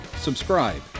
subscribe